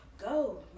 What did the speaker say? go